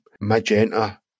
magenta